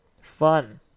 Fun